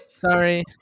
Sorry